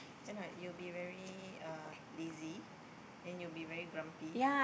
cannot you'll be very uh lazy then you'll be very grumpy